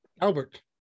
Albert